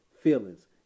Feelings